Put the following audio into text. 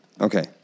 Okay